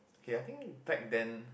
okay I think back then